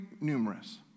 numerous